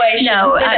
No